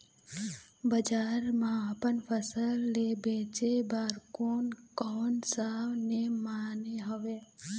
बजार मा अपन फसल ले बेचे बार कोन कौन सा नेम माने हवे?